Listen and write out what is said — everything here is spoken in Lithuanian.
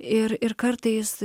ir ir kartais